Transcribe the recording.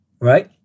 right